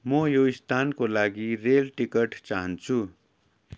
म यो स्थानको लागि रेल टिकट चाहन्छु